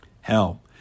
Hell